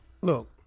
look